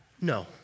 No